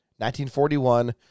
1941